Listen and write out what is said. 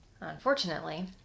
Unfortunately